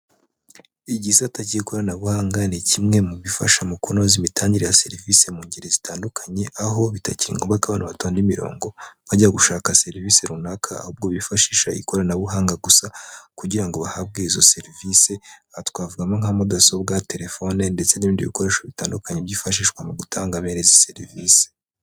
Igisata cy'ikoranabuhanga, ni kimwe mu bifasha mu kunoza imitangire ya serivisi mu ngeri zitandukanye, aho bitakiri ngombwa ko abantu batonda imirongo, bajya gushaka serivisi runaka, ahubwo bifashisha ikoranabuhanga gusa, kugira ngo bahabwe izo serivisi, aha twavugamo nka mudasobwa, telefone ndetse n'ibindi bikoresho bitandukanye byifashishwa mu gutanga bene izi serivisi.